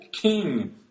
king